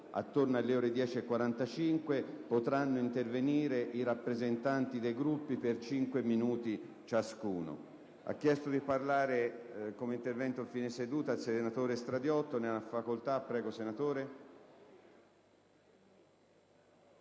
attorno alle ore 10,45, potranno intervenire i rappresentanti dei Gruppi per cinque minuti ciascuno.